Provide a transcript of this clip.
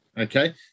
okay